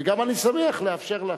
וגם אני שמח לאפשר לך.